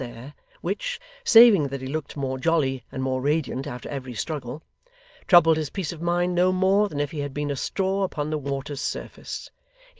which saving that he looked more jolly and more radiant after every struggle troubled his peace of mind no more than if he had been a straw upon the water's surface,